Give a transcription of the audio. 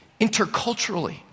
interculturally